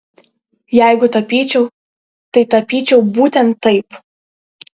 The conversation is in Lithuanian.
jeigu tapyčiau tai tapyčiau būtent taip